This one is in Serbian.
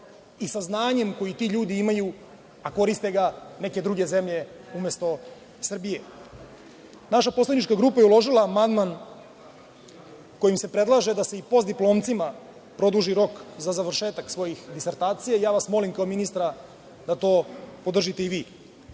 i sa znanjem koje ti ljudi imaju, a koriste ga neke druge zemlje umesto Srbije? Naša poslanička grupa je uložila amandman kojim se predlaže da se i postdiplomcima produži rok za završetak svojih disertacija. Molim vas, kao ministra, da to podržite i